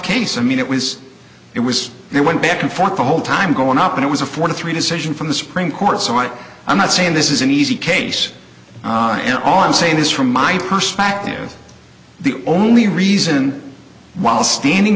case i mean it was it was they went back and forth the whole time going up it was a four three decision from the supreme court so much i'm not saying this is an easy case all i'm saying is from my perspective the only reason while standing